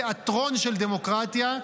תיאטרון של דמוקרטיה,